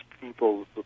people